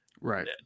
Right